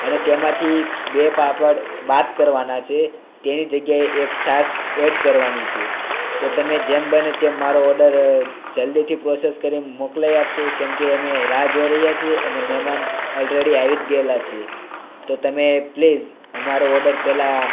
અને તેમાંથી બે પાપડ બાદ કરવાના છે તેની જગ્યા એ એક છાશ એડ કરવાની છે તો તમે જેમ બને તેમ મારો ઓર્ડર જલ્દીથી પ્રોસેસ કરીને મોકલાવી આપશો કેમકે અમે રાહ જોઈ રહ્યા છે મહેમાન ઓલરેડી આવી જ ગયેલા છે તો તમે પ્લીઝ અમારો ઓર્ડર પહેલાં